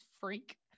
freak